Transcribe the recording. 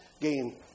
game